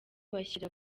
bashyira